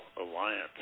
Alliance